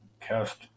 cast